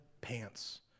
pants